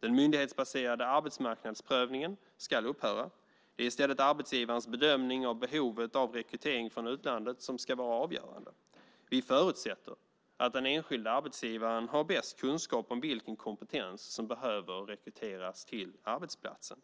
Den myndighetsbaserade arbetsmarknadsprövningen ska upphöra. Det är i stället arbetsgivarens bedömning av behovet av rekrytering från utlandet som ska vara avgörande. Vi förutsätter att den enskilda arbetsgivaren har bäst kunskap om vilken kompetens som behöver rekryteras till arbetsplatsen.